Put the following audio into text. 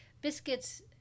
biscuits